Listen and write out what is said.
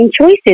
choices